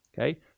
okay